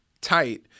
tight